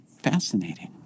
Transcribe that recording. Fascinating